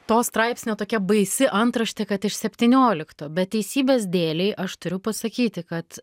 to straipsnio tokia baisi antraštė kad iš septyniolikto bet teisybės dėlei aš turiu pasakyti kad